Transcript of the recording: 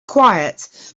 quiet